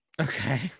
Okay